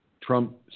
Trump